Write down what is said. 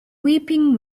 weeping